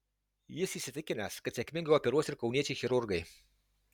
jis įsitikinęs kad sėkmingai operuos ir kauniečiai chirurgai